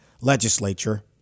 legislature